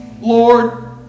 Lord